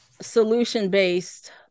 solution-based